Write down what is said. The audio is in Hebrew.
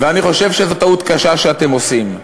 אני חושב שזאת טעות קשה שאתם עושים.